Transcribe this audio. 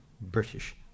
British